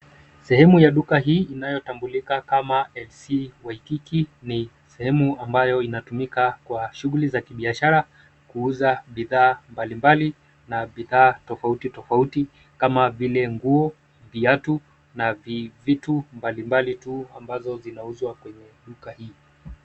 Sehemu ya duka hii inayotambulika kama LC Waikiki ni sehemu ambayo inatumika kwa shughuli za kibiashara kuuza bidhaa mbalimbali na bidhaa tofauti tofauti kama vile nguo, viatu na vitu mbalimbali tu ambazo zinauzwa kwenye duka hili.